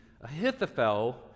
Ahithophel